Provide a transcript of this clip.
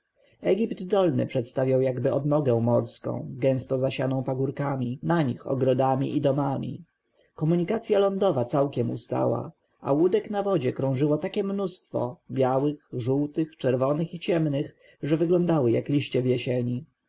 egipt dolny przedstawiał jakby odnogę morską gęsto zasianą pagórkami na nich ogrodami i domami komunikacja lądowa całkiem ustała a łódek na wodzie krążyło takie mnóstwo białych żółtych czerwonych i ciemnych że wyglądały jak liście w jesieni